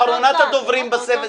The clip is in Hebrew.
עו"ד דוידוביץ,